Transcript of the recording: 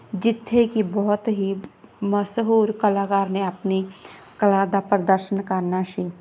ਜਿੱਥੇ ਕਿ ਬਹੁਤ ਹੀ ਮਸ਼ਹੂਰ ਕਲਾਕਾਰ ਨੇ ਆਪਣੀ ਕਲਾ ਦਾ ਪ੍ਰਦਰਸ਼ਨ ਕਰਨਾ ਸੀ